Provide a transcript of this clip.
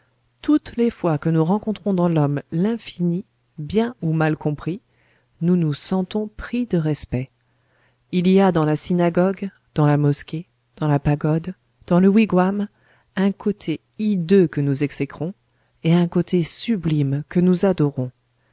toutes les fois que nous rencontrons dans l'homme l'infini bien ou mal compris nous nous sentons pris de respect il y a dans la synagogue dans la mosquée dans la pagode dans le wigwam un côté hideux que nous exécrons et un côté sublime que nous adorons